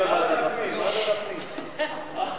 ההצעה להעביר את הנושא לוועדת הפנים והגנת